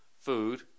food